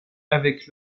avec